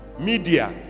Media